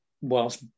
whilst